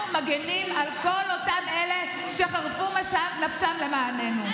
מגינים על כל אותם אלה שחירפו את נפשם למעננו.